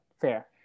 fair